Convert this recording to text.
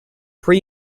pre